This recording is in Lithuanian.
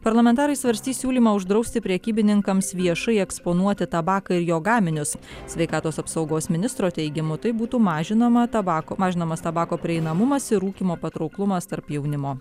parlamentarai svarstys siūlymą uždrausti prekybininkams viešai eksponuoti tabaką ir jo gaminius sveikatos apsaugos ministro teigimu taip būtų mažinama tabako mažinamas tabako prieinamumas ir rūkymo patrauklumas tarp jaunimo